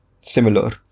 similar